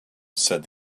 said